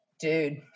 dude